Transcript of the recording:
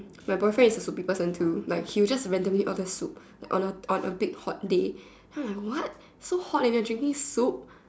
my boyfriend is a soupy person like he will just randomly order soup like on a on a big hot day then I'm like what so hot and you're drinking soup